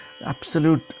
Absolute